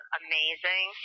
amazing